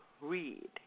read